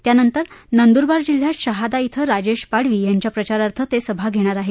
त्यानंतर नंदुरबार जिल्ह्यात शहादा इथं राजेश पाडवी यांच्या प्रचारार्थ ते सभा घेणार आहेत